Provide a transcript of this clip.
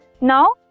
Now